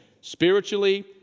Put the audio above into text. spiritually